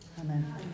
Amen